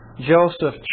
Joseph